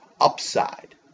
upside